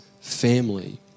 family